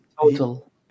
total